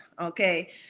okay